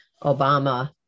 Obama